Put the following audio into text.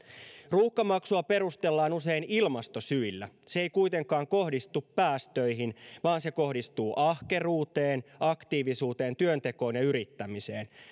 ruuhkamaksua perustellaan usein ilmastosyillä se ei kuitenkaan kohdistu päästöihin vaan se kohdistuu ahkeruuteen aktiivisuuteen työntekoon ja yrittämiseen